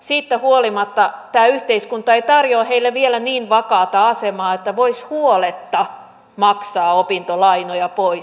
siitä huolimatta tämä yhteiskunta ei tarjoa heille vielä niin vakaata asemaa että voisi huoletta maksaa opintolainoja pois